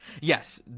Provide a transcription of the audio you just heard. Yes